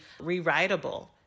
rewritable